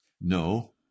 No